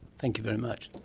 thank you very much.